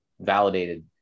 validated